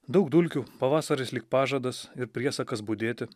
daug dulkių pavasaris lyg pažadas ir priesakas budėti